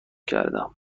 کردم